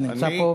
אתה נמצא פה.